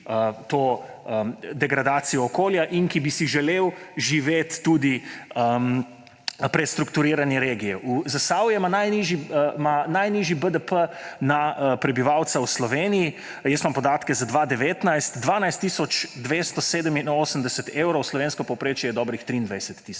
to degradacijo okolja in ki bi si želel živeti tudi prestrukturiranje regije. Zasavje ima najnižji BDP na prebivalca v Sloveniji, jaz imam podatke za 2019 – 12 tisoč 287 evrov. Slovensko povprečje je dobrih 23